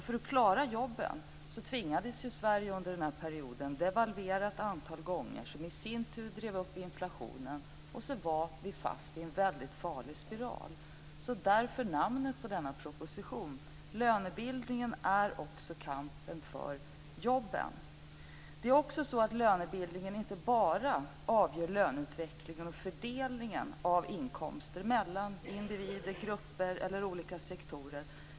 För att klara jobben tvingades Sverige att devalvera ett antal gånger under den här perioden. Det drev i sin tur upp inflationen, och så var vi fast i en väldigt farlig spiral. Därav kommer namnet på den här proposition. Lönebildningen är också kampen för jobben. Lönebildningen avgör inte bara löneutvecklingen och fördelningen av inkomster mellan individer, grupper eller olika sektorer.